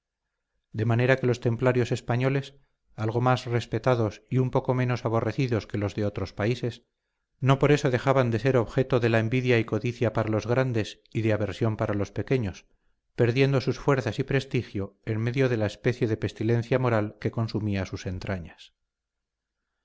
de manera que los templarios españoles algo más respetados y un poco menos aborrecidos que los de otros países no por eso dejaban de ser objeto de la envidia y codicia para los grandes y de aversión para los pequeños perdiendo sus fuerzas y prestigio en medio de la especie de pestilencia moral que consumía sus entrañas